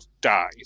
died